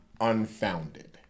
unfounded